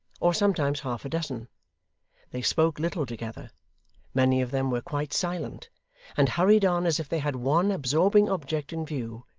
or sometimes half-a-dozen they spoke little together many of them were quite silent and hurried on as if they had one absorbing object in view,